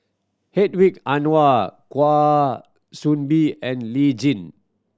Hedwig Anuar Kwa Soon Bee and Lee Tjin